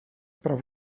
pro